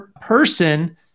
person